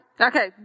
Okay